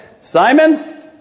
Simon